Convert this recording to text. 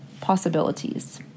possibilities